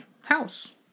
house